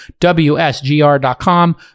WSGR.com